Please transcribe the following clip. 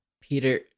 peter